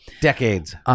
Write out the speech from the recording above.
Decades